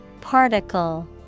Particle